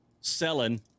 selling